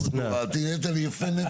נהיית לי יפה נפש.